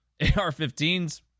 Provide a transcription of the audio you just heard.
AR-15s